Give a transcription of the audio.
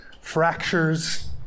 fractures